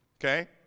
okay